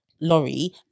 lorry